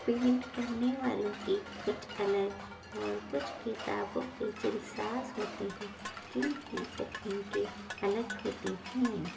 pant کرنے والوں کی کچھ الگ اور کچھ کتابوں کے جلد ساز ہوتے ہیں جن کی تکنیکیں الگ ہوتی ہیں